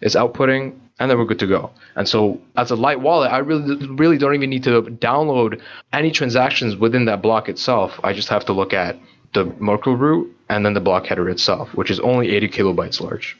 is outputting and then we're good to go. and so as a light wallet, i really don't even need to download any transactions within that block itself. i just have to look at the merkel root and then the block header itself, which is only eighty kilobytes large